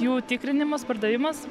jų tikrinimas pardavimas